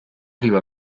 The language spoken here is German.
lieber